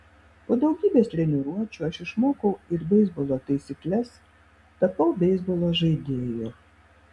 po daugybės treniruočių aš išmokau ir beisbolo taisykles tapau beisbolo žaidėju